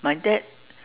my dad